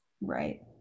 Right